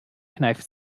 kneift